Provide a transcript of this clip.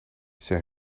zij